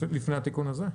לפני התיקון הזה.